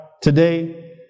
today